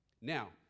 Now